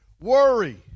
worry